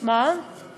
מה שהוא עשה?